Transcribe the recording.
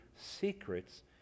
secrets